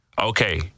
Okay